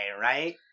right